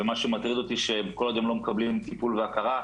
ומה שמטריד אותי הוא שכל עוד הם לא מקבלים טיפול והכרה,